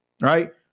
right